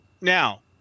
now